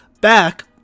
back